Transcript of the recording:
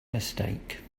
mistake